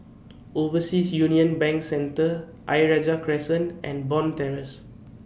Overseas Union Bank Centre Ayer Rajah Crescent and Bond Terrace